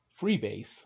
freebase